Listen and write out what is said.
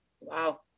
Wow